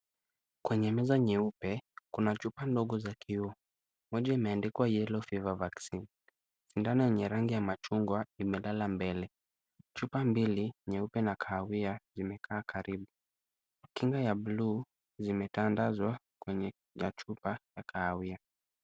Kwenye meza nyeupe, kuna chupa ndogo za kioo, moja imeandikwa yellow fever vaccine . Sindano yenye rangi ya machungwa imelala mbele. Chupa mbili, nyeupe na kahawia zimekaa karibu. Kinga ya buluu zimetandazwa kwenye chupa na kahawia.